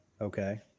Okay